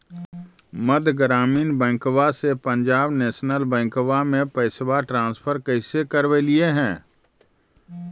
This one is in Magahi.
मध्य ग्रामीण बैंकवा से पंजाब नेशनल बैंकवा मे पैसवा ट्रांसफर कैसे करवैलीऐ हे?